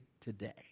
today